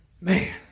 Man